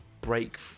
break